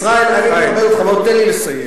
ישראל, אני מכבד אותך, בוא תן לי לסיים.